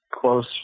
close